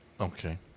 Okay